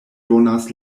donas